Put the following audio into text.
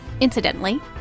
Incidentally